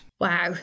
Wow